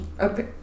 Okay